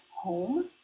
home